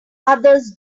others